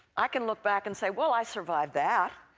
i can look back and say well, i survived that.